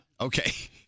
okay